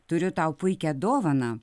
turiu tau puikią dovaną